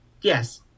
Yes